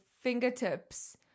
fingertips